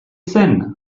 zen